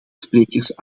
sprekers